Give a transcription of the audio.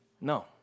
No